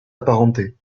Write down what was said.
apparentés